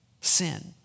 sin